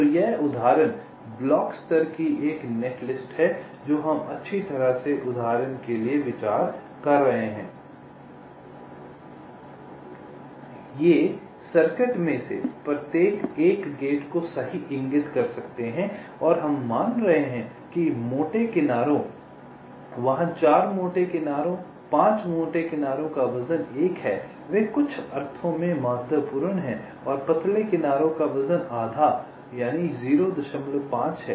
तो यह उदाहरण ब्लॉक स्तर की नेटलिस्ट है जो हम अच्छी तरह से उदाहरण के लिए विचार कर रहे हैं ये सर्किट में से प्रत्येक एक गेट को सही इंगित कर सकते हैं और हम मान रहे हैं कि मोटी किनारों वहाँ 4 मोटी किनारों 5 मोटी किनारों का वजन 1 है वे कुछ अर्थों में महत्वपूर्ण हैं और पतले किनारों का वजन आधा 05 है